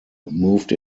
moved